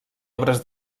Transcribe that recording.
obres